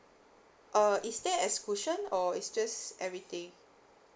uh is there exclusion or is just everything